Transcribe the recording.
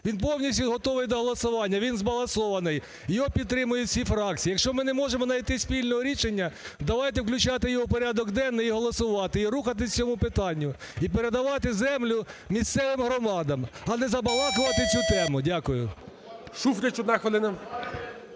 він повністю готовий до голосування, він збалансований, його підтримують всі фракції. Якщо ми не можемо знайти спільне рішення, давайте включати його у порядок денний і голосувати і рухатися у цьому питанні і передавати землю місцевим громадам, а не забалакувати цю тему. Дякую.